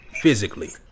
physically